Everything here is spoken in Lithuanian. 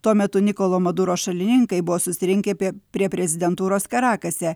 tuo metu nikolo maduro šalininkai buvo susirinkę apie prie prezidentūros karakase